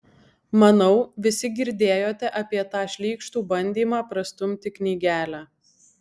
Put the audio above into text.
manau visi girdėjote apie tą šlykštų bandymą prastumti knygelę